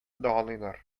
дагалыйлар